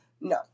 No